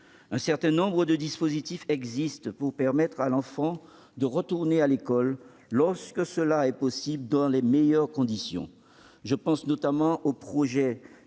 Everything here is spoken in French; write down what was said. Un certain nombre de dispositifs existent pour permettre à l'enfant de retourner à l'école, lorsque cela est possible, dans les meilleures conditions. Je pense notamment au projet